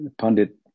Pundit